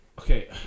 okay